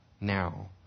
now